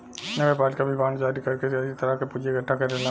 नगरपालिका भी बांड जारी कर के कई तरह से पूंजी इकट्ठा करेला